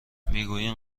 میگویم